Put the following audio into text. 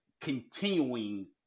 continuing